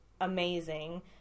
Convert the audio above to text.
amazing